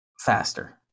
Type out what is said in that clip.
faster